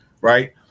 right